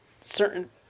certain